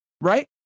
right